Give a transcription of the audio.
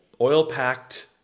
oil-packed